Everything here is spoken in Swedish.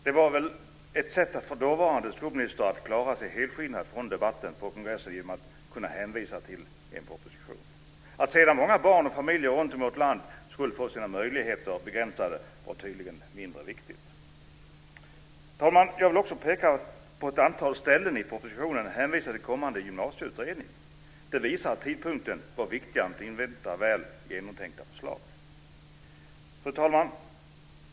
Det var väl ett sätt för dåvarande skolminister att klara sig helskinnad från debatten på kongressen, genom att kunna hänvisa till en proposition. Att sedan många barn och familjer runtom i vårt land skulle få sina möjligheter begränsade var tydligen mindre viktigt. Fru talman! Jag vill också peka på att det på ett antal ställen i propositionen hänvisas till kommande gymnasieutredning. Det visar att tidpunkten var viktigare än att invänta väl genomtänkta förslag. Fru talman!